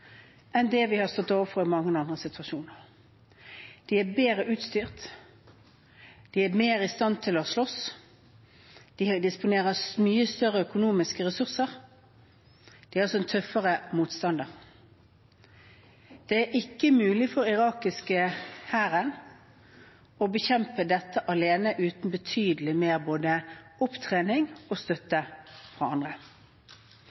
enn det vi har stått overfor i mange andre situasjoner. De er bedre utstyrt. De er mer i stand til å slåss. De disponerer mye større økonomiske ressurser. De er altså en tøffere motstander. Det er ikke mulig for den irakiske hæren å bekjempe dette alene uten betydelig mer både opptrening og